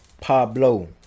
Pablo